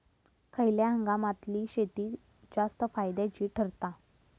खयल्या हंगामातली शेती जास्त फायद्याची ठरता?